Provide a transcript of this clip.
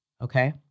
Okay